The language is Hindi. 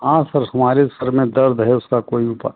हाँ सर हमारे सर में दर्द है उसका कोई उपा